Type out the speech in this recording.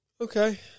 Okay